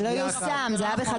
זה לא יושם, זה היה בחקיקה.